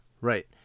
right